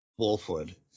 wolfwood